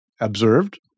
Observed